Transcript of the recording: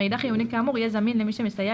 מידע חיוני כאמור יהיה זמין למי שמסייע